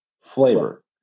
flavor